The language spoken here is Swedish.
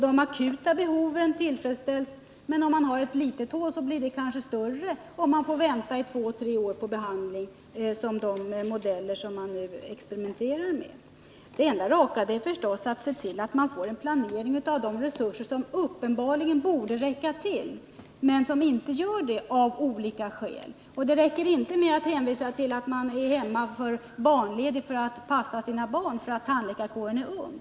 De akuta behoven tillgodoses, men har man ett litet hål blir det kanske större, om man får vänta två tre år på behandling, som fallet är när det gäller de modeller man nu experimenterar med. Det enda raka är förstås att se till att man får en planering av de resurser som uppenbarligen borde räcka till men som inte gör det av olika skäl. Det räcker inte med att hänvisa till att tandläkare är barnlediga och alltså är hemma och passar sina barn, därför att tandläkarkåren är ung.